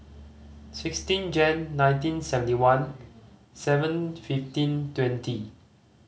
sixteen Jan nineteen seventy one seven fifteen twenty